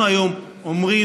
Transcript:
אנחנו היום אומרים: